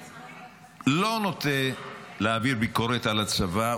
שאני לא נוטה להעביר ביקורת על הצבא,